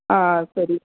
ஆ சரி